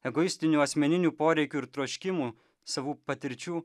egoistinių asmeninių poreikių ir troškimų savų patirčių